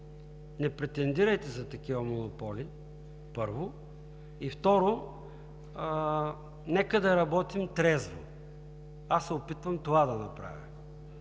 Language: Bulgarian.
Не претендирайте за такива монополи, първо! И, второ, нека да работим трезво! Аз се опитвам това да направя.